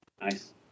Nice